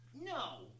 No